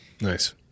Nice